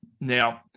Now